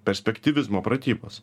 perspektyvizmo pratybos